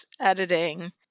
editing